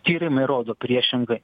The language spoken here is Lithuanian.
tyrimai rodo priešingai